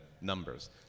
numbers